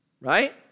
Right